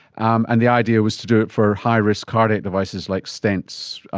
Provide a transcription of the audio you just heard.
um and the idea was to do it for high-risk cardiac devices like stents,